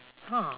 ah